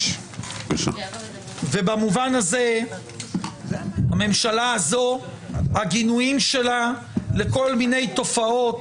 246. במובן הזה הגינויים של הממשלה הזו לכל מיני תופעות